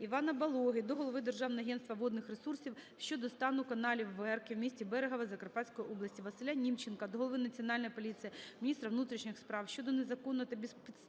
Івана Балоги до голови Державного агентства водних ресурсів щодо стану каналу Верке в місті Берегове Закарпатської області. Василя Німченка до голови Національної поліції, міністра внутрішніх справ щодо незаконного та безпідставного